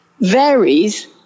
varies